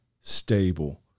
stable